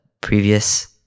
previous